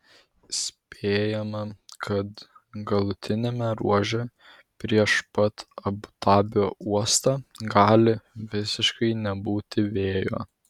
spėjama kad galutiniame ruože prieš pat abu dabio uostą gali visiškai nebūti vėjo